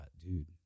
dude